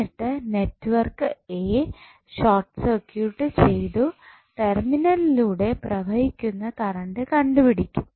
എന്നിട്ട് നെറ്റ്വർക്ക് എ short circuit ചെയ്തു ടെർമിനലിലൂടെ പ്രവഹിക്കുന്ന കറൻറ് കണ്ടുപിടിക്കും